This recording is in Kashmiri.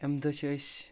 امہِ دۄہ چھِ أسۍ